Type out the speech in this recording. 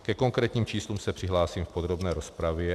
Ke konkrétním číslům se přihlásím v podrobné rozpravě.